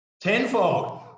Tenfold